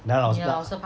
that was what